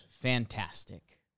Fantastic